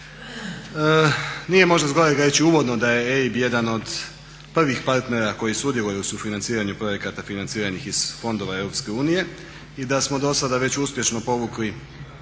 Nije možda zgodno reći uvodno da je EIB jedan od prvih partnera koji sudjeluje u financiranju projekata financiranih iz fondova EU i da smo do sada već uspješno povukli